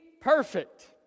perfect